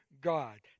God